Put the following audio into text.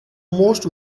most